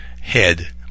head